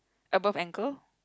above ankle